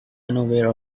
unaware